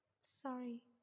Sorry